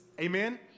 Amen